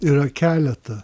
yra keleta